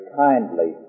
kindly